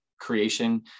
creation